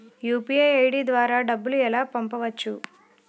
UPI ID ద్వారా డబ్బులు ఎలా పంపవచ్చు?